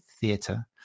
theatre